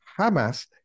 Hamas